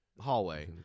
hallway